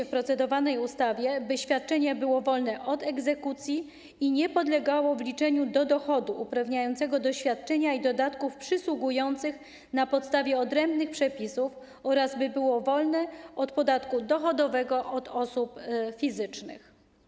W procedowanej ustawie proponuje się, by świadczenie było wolne od egzekucji i nie podlegało wliczeniu do dochodu uprawniającego do świadczenia i dodatków przysługujących na podstawie odrębnych przepisów, oraz by było wolne od podatku dochodowego od osób fizycznych.